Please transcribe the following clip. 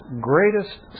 greatest